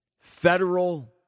federal